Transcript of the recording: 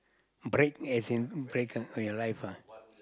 break as in break in your life ah